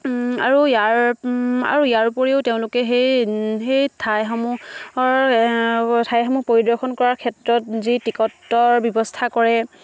আৰু ইয়াৰ আৰু ইয়াৰ উপৰিও তেওঁলোকে সেই ঠাইসমূহ পৰিদৰ্শন কৰাৰ ক্ষেত্ৰত যি টিকটৰ ব্যৱস্থা কৰে